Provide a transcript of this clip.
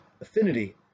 affinity